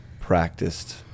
practiced